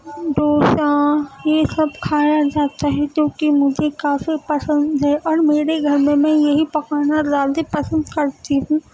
ڈوسا یہ سب کھایا جاتا ہے جوکہ مجھے کافی پسند ہے اور میرے گھر میں میں یہی پکانا زیادہ پسند کرتی ہوں